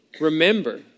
remember